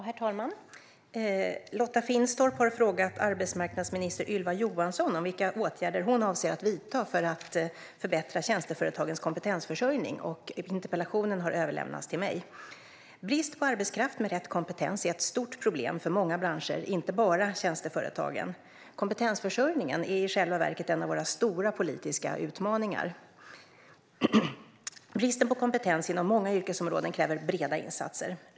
Herr talman! Lotta Finstorp har frågat arbetsmarknadsminister Ylva Johansson vilka åtgärder hon avser att vidta för att förbättra tjänsteföretagens kompetensförsörjning. Interpellationen har överlämnats till mig. Brist på arbetskraft med rätt kompetens är ett stort problem för många branscher, inte bara tjänsteföretagen. Kompetensförsörjningen är i själva verket en av våra stora politiska utmaningar. Bristen på kompetens inom många yrkesområden kräver breda insatser.